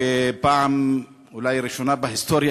ואולי פעם ראשונה בהיסטוריה,